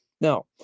Now